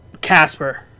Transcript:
Casper